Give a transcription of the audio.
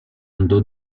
andò